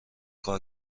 کار